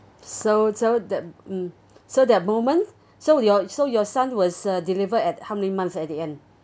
so so that mm so there are moments so your so your son was uh delivered at how many months at the end